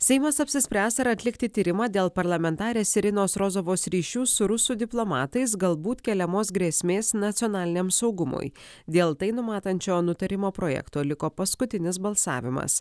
seimas apsispręs ar atlikti tyrimą dėl parlamentarės irinos rozovos ryšių su rusų diplomatais galbūt keliamos grėsmės nacionaliniam saugumui dėl tai numatančio nutarimo projekto liko paskutinis balsavimas